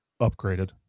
upgraded